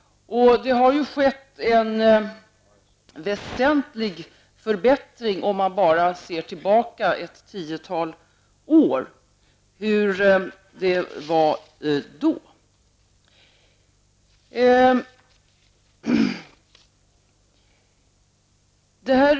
Det har skett en väsentlig förbättring om man bara ser tillbaka ett tiotal år och jämför med hur det var då.